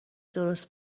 درست